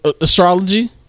Astrology